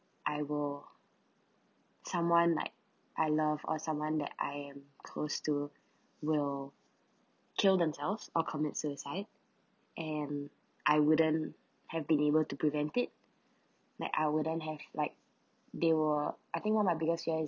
I will someone like I love or someone that I am close to will kill themselves or commit suicide and I wouldn't have been able to prevent it like I wouldn't have like they were I think one of my biggest fear is